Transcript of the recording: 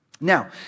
Now